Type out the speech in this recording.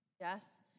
yes